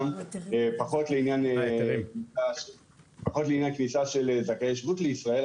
פחות לעניין כניסה של זכאי שבות לישראל,